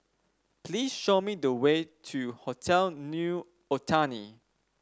please show me the way to Hotel New Otani